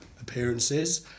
appearances